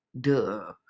Duh